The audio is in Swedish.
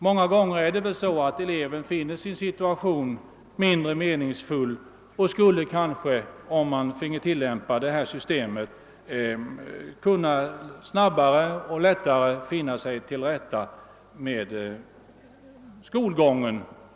Många gånger finner eleven sin situation mindre meningsfull, och han skulle kanske, om man finge tillämpa det nämnda systemet, snabbare och lättare kunna finna sig till rätta med skolgången.